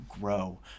grow